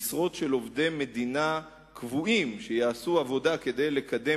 משרות של עובדי מדינה קבועים שיעשו עבודה כדי לקדם